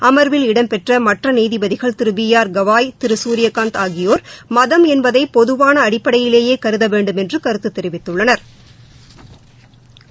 அமா்வில் இடம்பெற்ற மற்ற நீதிபதிகள் திரு பி ஆர் தவாய் திரு சூரியகாந்த் ஆகியோர் மதம் என்பதை பொதுவான அடிப்படையிலேயே கருத வேண்டுமென்று கருத்து தெிவித்துள்ளனா்